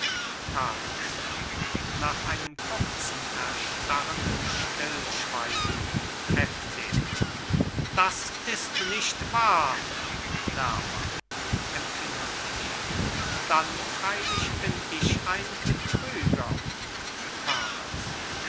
carlos nach einem kurzen erstarrenden stillschweigen heftig das ist nicht wahr lerma empfindlich dann freilich bin ich ein betrüger carlos